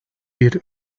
bir